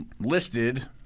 listed